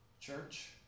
Church